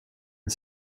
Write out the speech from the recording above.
det